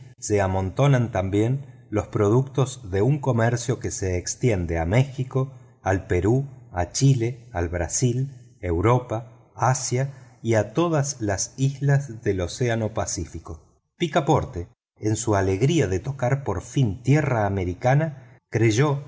se amontonan también los productos de un comercio que se extiende a méxico al perú a chile al brasil europa asia y a todas las islas del océano pacífico picaporte en su alegría de tocar por fin tierra americana creyó